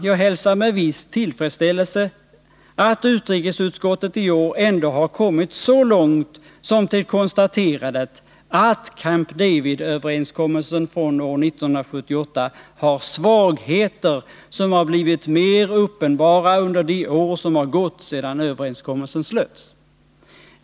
Jag hälsar med viss tillfredsställelse att utrikesutskottet i år ändå har kommit så långt som till konstaterandet att Camp Davidöverenskommelsen från år 1978 har svagheter, som har blivit mer uppenbara under de år som har gått sedan överenskommelsen slöts.